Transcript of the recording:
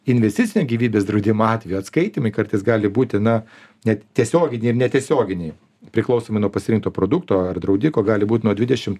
investicinio gyvybės draudimo atveju atskaitymai kartais gali būti na net tiesioginiai ir netiesioginiai priklausomai nuo pasirinkto produkto ar draudiko gali būti nuo dvidešim